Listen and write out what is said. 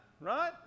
Right